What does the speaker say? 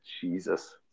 Jesus